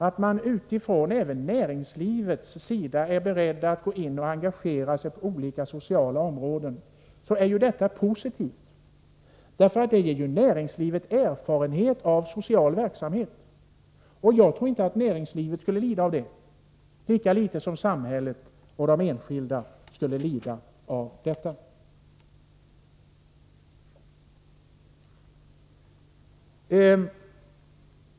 Om man även från näringslivets sida är beredd att gå in och engagera sig på olika sociala områden är det positivt, därför att det ger näringslivet erfarenhet av social verksamhet. Jag tror inte att näringslivet skulle lida av det, lika litet som samhället och de enskilda skulle göra det. Herr talman!